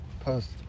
Post